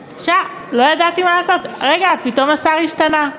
עכשיו, לא ידעתי מה לעשות, רגע, פתאום השר השתנה.